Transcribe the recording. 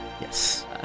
yes